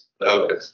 Okay